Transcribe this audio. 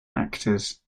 actors